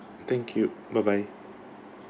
thank you bye bye